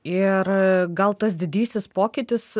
ir gal tas didysis pokytis